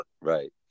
Right